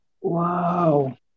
Wow